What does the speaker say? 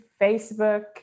Facebook